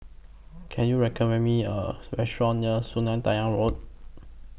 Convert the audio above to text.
Can YOU recommend Me A Restaurant near Sungei Tengah Road